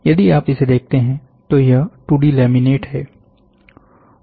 यदि आप इसे देखते हैं तो यह 2 डी लैमिनेट है